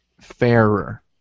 fairer